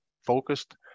focused